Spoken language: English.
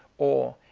or,